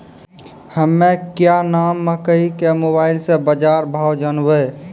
हमें क्या नाम मकई के मोबाइल से बाजार भाव जनवे?